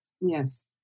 Yes